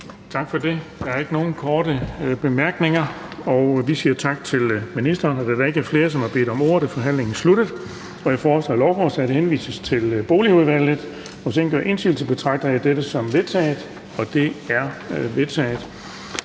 Tak for det. Der er ikke nogen korte bemærkninger, og vi siger tak til ministeren. Da der ikke er flere, som har bedt om ordet, er forhandlingen sluttet. Jeg foreslår, at lovforslaget henvises til Boligudvalget. Og hvis ingen gør indsigelse, betragter jeg dette som vedtaget. Det er vedtaget.